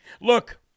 look